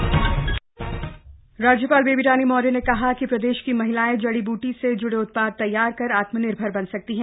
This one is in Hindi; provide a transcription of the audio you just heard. राज्यपाल पंतनगर राज्यपाल बेबी रानी मौर्य ने कहा है कि प्रदेश की महिलाएं जड़ी बूटी से जुड़े उत्पाद तैयार कर आत्मनिर्भर बन सकती हैं